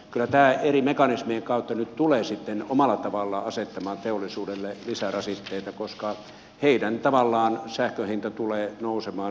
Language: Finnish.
kyllä tämä eri mekanismien kautta nyt tulee omalla tavallaan asettamaan teollisuudelle lisärasitteita koska tavallaan heidän sähkönsä hinta tulee nousemaan